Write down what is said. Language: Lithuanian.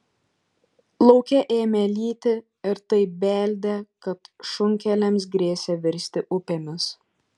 lauke ėmė lyti ir taip beldė kad šunkeliams grėsė virsti upėmis